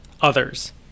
Others